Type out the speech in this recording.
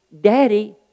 daddy